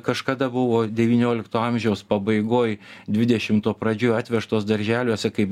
kažkada buvo devyniolikto amžiaus pabaigoj dvidešimto pradžioj atvežtos darželiuose kaip